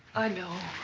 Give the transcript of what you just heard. i know.